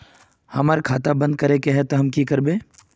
हमर खाता बंद करे के है ते हम की करबे?